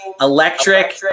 electric